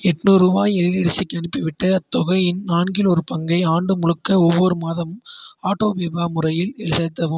எட்நூறு ரூபாய் எழிலரசிக்கு அனுப்பிவிட்டு அத்தொகையின் நான்கில் ஒரு பங்கை ஆண்டு முழுக்க ஒவ்வொரு மாதமும் ஆட்டோபேபா முறையில் செலுத்தவும்